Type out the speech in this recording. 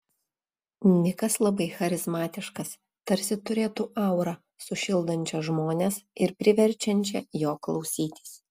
nikas labai charizmatiškas tarsi turėtų aurą sušildančią žmones ir priverčiančią jo klausytis